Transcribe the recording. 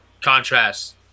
contrast